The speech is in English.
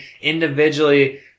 individually